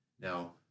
Now